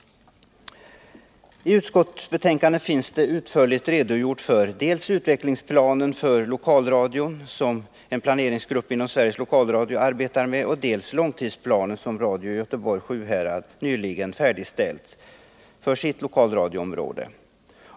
I utskottsbetänkandet finns det utförliga redogörelser för dels utvecklingsplanen för lokalradion, som en planeringsgrupp inom Sveriges Lokalradio arbetat med, dels långtidsplanen som Radio Göteborg/Sjuhärad nyligen färdigställt för sitt lokalradioområde.